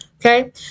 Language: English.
okay